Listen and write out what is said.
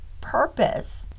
purpose